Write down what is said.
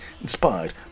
inspired